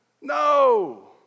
No